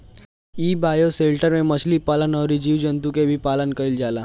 इ बायोशेल्टर में मछली पालन अउरी जीव जंतु के भी पालन कईल जाला